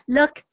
Look